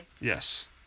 Yes